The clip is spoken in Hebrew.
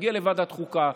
שתגיע לוועדת חוקה,